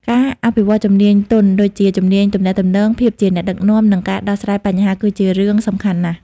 ការអភិវឌ្ឍជំនាញទន់ដូចជា ជំនាញទំនាក់ទំនង ភាពជាអ្នកដឹកនាំ និងការដោះស្រាយបញ្ហា គឺជារឿងសំខាន់ណាស់។